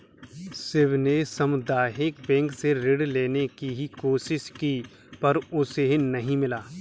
शिव ने सामुदायिक बैंक से ऋण लेने की कोशिश की पर उसे नही मिला